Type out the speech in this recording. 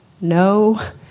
no